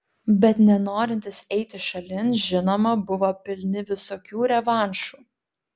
bet nenorintys eiti šalin žinoma buvo pilni visokių revanšų